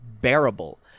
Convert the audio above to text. bearable